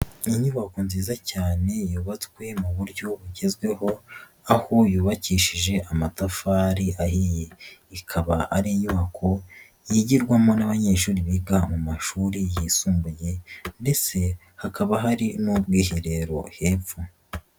Inyubako nziza cyane yubatswe mu buryo bugezweho aho yubakishije amatafari ahiye, ikaba ari inyubako yigirwamo n'abanyeshuri biga mu mashuri yisumbuye ndetse hakaba hari n'ubwiherero hepfo.